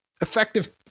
effective